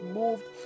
moved